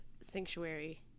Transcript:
sanctuary